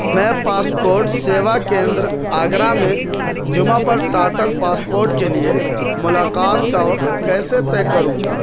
میں پاسپورٹ سیوا کیندر آگرہ میں جمعہ پر ٹاٹل پاسپورٹ کے لیے ملاقات کا وقت کیسے طے کروں